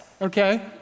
Okay